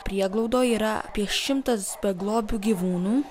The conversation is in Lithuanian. prieglaudoj yra apie šimtas beglobių gyvūnų